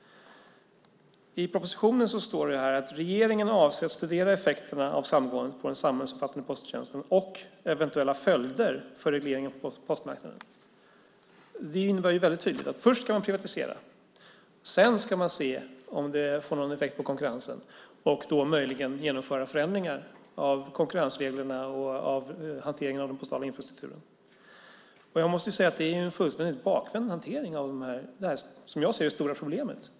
I propositionen står det: "Regeringen avser att studera effekterna av samgåendet på den samhällsomfattande posttjänsten och eventuella följder för regleringen på postmarknaden." Det innebär - det är tydligt - att man först ska privatisera och sedan se om det får någon effekt på konkurrensen och då möjligen genomföra förändringar av konkurrensreglerna och av hanteringen av den postala infrastrukturen. Jag måste säga att det är en fullständigt bakvänd hantering av det, som jag ser det, stora problemet.